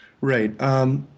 Right